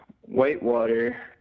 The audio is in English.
Whitewater